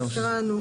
שקראנו.